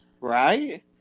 Right